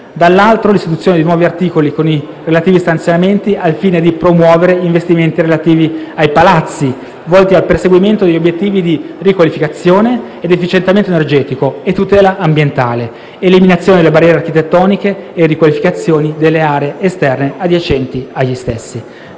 dall'altro, l'istituzione di nuovi articoli, con i relativi stanziamenti, al fine di promuovere investimenti relativi ai Palazzi, volti al perseguimento degli obiettivi di riqualificazione, efficientamento energetico e tutela ambientale, eliminazione delle barriere architettoniche e riqualificazione delle aree esterne adiacenti agli stessi.